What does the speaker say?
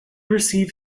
receive